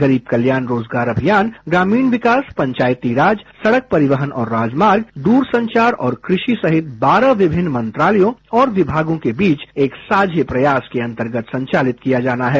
गरीब कल्याण रोजगारअभियान ग्रामीण विकासपंचायती राज सड़क परिवहन और राजमार्ग दूरसंचार और कृषि सहित बारहविभिन्न मंत्रालयों और विमागों के बीच एक साझे प्रयास के अंतर्गत संचालित किया जानाहै